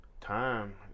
time